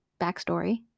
Backstory